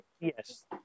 Yes